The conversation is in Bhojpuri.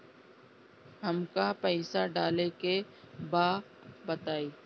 हमका पइसा डाले के बा बताई